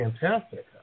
fantastic